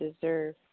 deserve